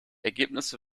ergebnisse